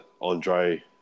Andre